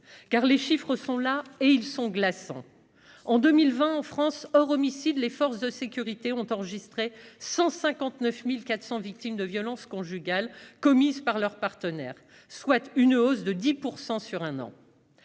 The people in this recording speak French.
car les chiffres sont glaçants ! En 2020, en France, hors homicides, les forces de sécurité ont enregistré 159 400 victimes de violences conjugales commises par leur partenaire, soit une hausse de 10 % en un an.